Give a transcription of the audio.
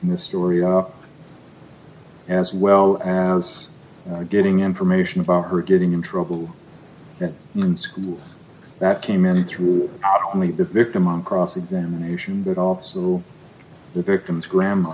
in this story as well as getting information about her getting in trouble in school that came in through the victim on cross examination but also the victim's grandm